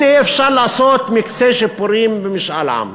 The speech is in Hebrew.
הנה אפשר לעשות מקצה שיפורים במשאל עם.